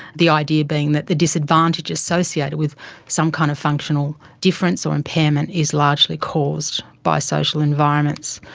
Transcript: the idea being that the disadvantage associated with some kind of functional difference or impairment is largely caused by social environments.